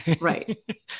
Right